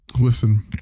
listen